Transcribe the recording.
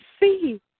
see